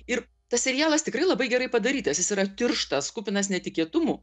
ir tas serialas tikrai labai gerai padarytas jis yra tirštas kupinas netikėtumų